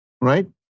Right